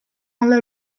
alla